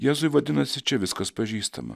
jėzui vadinasi čia viskas pažįstama